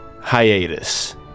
hiatus